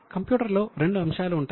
కంప్యూటర్లో రెండు అంశాలు ఉంటాయి